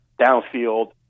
downfield